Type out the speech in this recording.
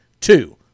two